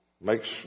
makes